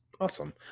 Awesome